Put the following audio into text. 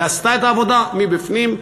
ועשתה את העבודה מבפנים.